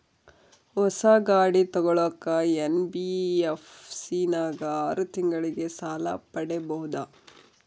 ಹೊಸ ಗಾಡಿ ತೋಗೊಳಕ್ಕೆ ಎನ್.ಬಿ.ಎಫ್.ಸಿ ನಾಗ ಆರು ತಿಂಗಳಿಗೆ ಸಾಲ ಪಡೇಬೋದ?